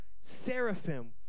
seraphim